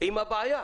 עם הבעיה.